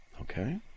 Okay